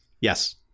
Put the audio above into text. yes